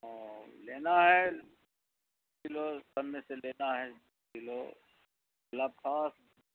او لینا ہے کلو سب میں سے لینا ہے کلو گلاب خاص